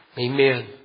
Amen